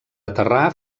aterrar